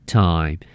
time